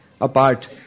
apart